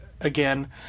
again